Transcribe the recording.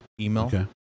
email